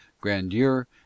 grandeur